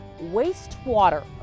wastewater